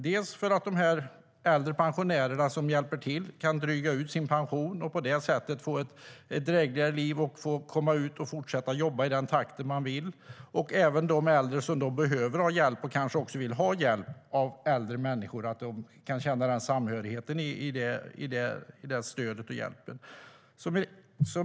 Dels för att de här pensionärerna som hjälper till kan dryga ut sin pension och på det sättet få ett drägligare liv och få komma ut och fortsätta jobba i den takt de vill, dels för att de äldre som behöver hjälp och kanske vill ha hjälp av äldre människor kan känna samhörigheten och stödet i den hjälpen.